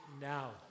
now